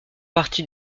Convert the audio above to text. partie